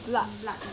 no